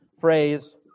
phrase